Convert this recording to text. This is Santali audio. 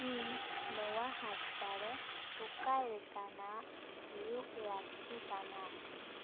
ᱤᱧ ᱱᱚᱣᱟ ᱦᱟᱯᱛᱟᱨᱮ ᱚᱠᱟ ᱞᱮᱠᱟᱱᱟᱜ ᱦᱩᱭᱩᱜ ᱞᱟᱹᱠᱛᱤ ᱠᱟᱱᱟ